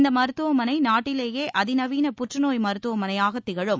இந்த மருத்துவமனை நாட்டிலேயே அதிநவீன புற்றுநோய் மருத்துவமனையாக திகழும்